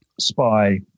Spy